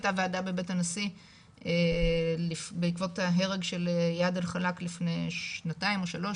הייתה ועדה בבית הנשיא בעקבות ההרג לפני שנתיים או שלוש,